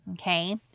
Okay